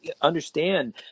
understand